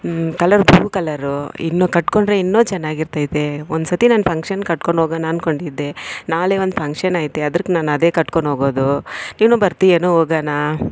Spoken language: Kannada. ಕಲರ್ ಬ್ಲೂ ಕಲರು ಇನ್ನು ಕಟ್ಕೊಂಡ್ರೆ ಇನ್ನೂ ಚೆನ್ನಾಗಿರ್ತೈತೆ ಒಂದ್ಸತಿ ನಾನು ಫಂಕ್ಷನ್ಗೆ ಕಟ್ಕೊಂಡೋಗೋಣ ಅಂದ್ಕೊಂಡಿದ್ದೆ ನಾಳೆ ಒಂದು ಫಂಕ್ಷನ್ ಐತೆ ಅದಕ್ಕೆ ನಾನು ಅದೇ ಕಟ್ಕೊಂಡೋಗೋದು ನೀನು ಬರ್ತಿಯೇನು ಹೋಗೋಣ